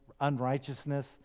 unrighteousness